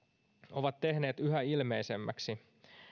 ovat tehneet yhä ilmeisemmäksi